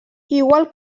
igual